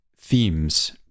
themes